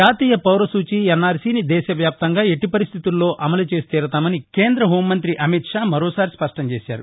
జాతీయ పౌర సూచీ ఎన్ఆర్సి ని దేశవ్యాప్తంగా ఎల్లి పరిస్థితుల్లో అమలు చేసి తీరుతామని కేంద్ర హోంమంత్రి అమిత్ షా మరోసారి స్పష్టం చేశారు